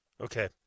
Okay